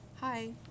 Hi